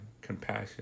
compassion